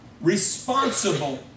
responsible